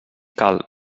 cal